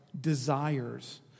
desires